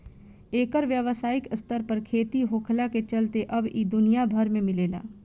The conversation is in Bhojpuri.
एकर व्यावसायिक स्तर पर खेती होखला के चलते अब इ दुनिया भर में मिलेला